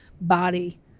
body